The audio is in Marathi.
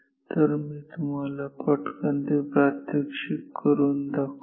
तर मी तुम्हाला पटकन ते प्रात्यक्षिक करून दाखवतो